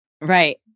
Right